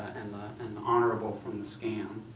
and the honorable from the scam.